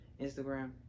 Instagram